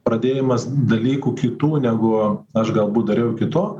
pradėjimas dalykų kitų negu aš galbūt dariau iki to